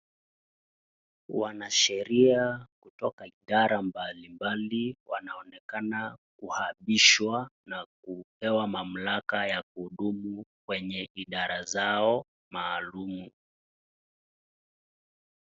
Wanasheria kutoka idara mbalimbali wanaonekana kuapishwa na kupewa mamlaka ya kuhudumu kwenye idara zao maalum.